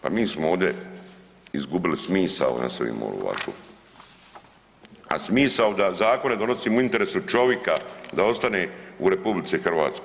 Pa mi smo ovdje izgubili smisao nastavimo li ovako, a smisao da zakone donosimo u interesu čovika da ostane u RH.